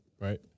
right